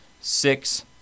six